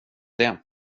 det